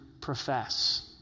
profess